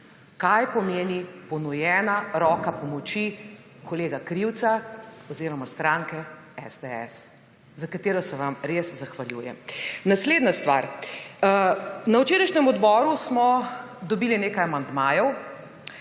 kaj pomeni ponujena roka pomoči kolega Krivca oziroma stranke SDS, za katero se vam res zahvaljujem. Naslednja stvar. Na včerajšnjem odboru smo dobili nekaj amandmajev,